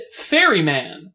Fairyman